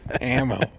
ammo